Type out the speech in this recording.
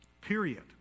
period